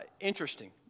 Interesting